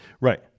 Right